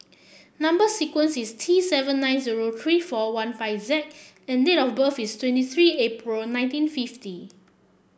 number sequence is T seven nine zero three four one five Z and date of birth is twenty three April nineteen fifty